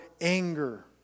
anger